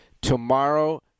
tomorrow